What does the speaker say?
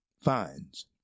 fines